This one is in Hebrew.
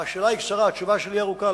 התשובה שלי ארוכה,